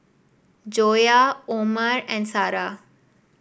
Joyah Omar and Sarah